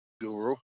guru